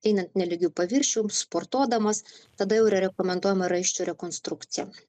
einant nelygiu paviršium sportuodamas tada jau yra rekomenduojama raiščio rekonstrukcija